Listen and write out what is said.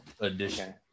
Edition